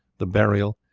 the burial,